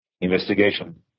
investigation